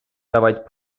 давать